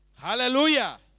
Hallelujah